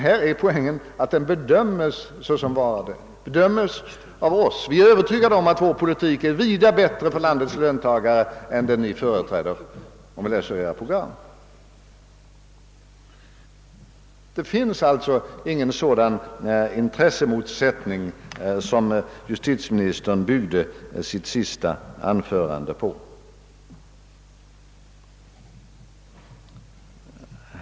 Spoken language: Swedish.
Vi är övertygade om att vår politik är vida bättre för landets löntagare än den politik som Ni — bl.a. efter Ert program att döma — företräder. Det finns alltså ingen sådan intressemotsättning som justitieministern byggde sin senaste antydan på.